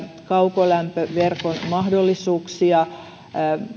kaukolämpöverkon mahdollisuuksia